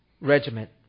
Regiment